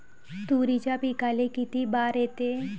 तुरीच्या पिकाले किती बार येते?